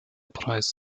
preis